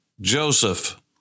Joseph